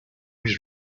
was